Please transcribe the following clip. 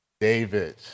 David